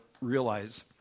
realize